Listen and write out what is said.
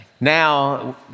Now